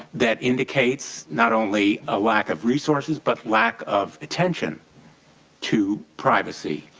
that indicates not only a lack of resources but lack of attention to privacy.